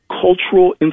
cultural